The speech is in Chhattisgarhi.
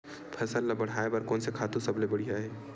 फसल ला बढ़ाए बर कोन से खातु सबले बढ़िया हे?